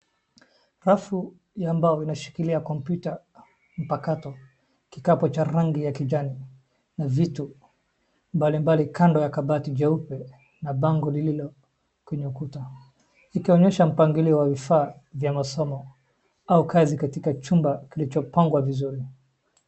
Rafu ya mbao inashikilia kopiuta mpakato, kikapu cha rangi ya kijani na vitu mbali mbali kando ya kabati eupe na bango lililoshikilia kwenye ukuta ikionyesha mpangilio wa vifaa vya masomo au kazi katika chumba kilichopangwa vizuri.